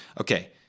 okay